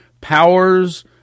powers